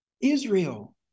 Israel